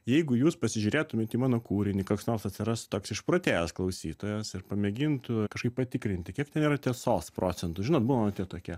jeigu jūs pasižiūrėtumėt į mano kūrinį koks nors atsiras toks išprotėjęs klausytojas ir pamėgintų kažkaip patikrinti kiek ten yra tiesos procentų žinot būna tie tokie